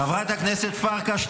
חברת הכנסת פרקש,